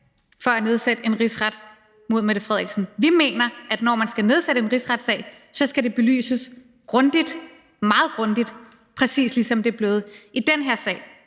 for at nedsætte en rigsret mod statsministeren. Vi mener, at når man skal nedsætte en rigsret, skal det belyses meget grundigt, præcis ligesom det er blevet i den her sag.